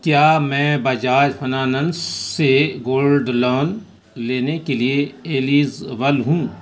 کیا میں بجاج فناننس سے گولڈ لون لینے کے لیے ایلیزول ہوں